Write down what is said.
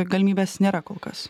galimybės nėra kol kas